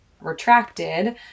retracted